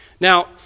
Now